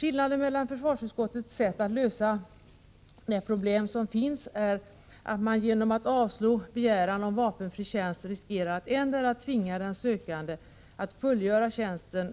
Skillnaden är att försvarsutskottet vill lösa det problem som finns genom att avslå begäran om vapenfri tjänst och då riskerar att endera tvinga den sökande att fullgöra tjänsten